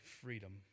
freedom